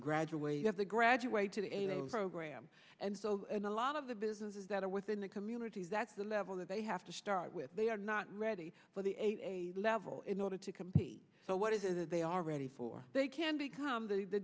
graduate of the graduate to the program and so a lot of the businesses that are within the communities at the level that they have to start with they are not ready for the a level in order to compete so what is it that they are ready for they can become the the